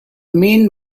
main